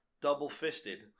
double-fisted